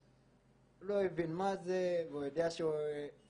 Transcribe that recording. הוא לא הבין מה זה והוא יודע שלרוב